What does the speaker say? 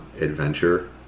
adventure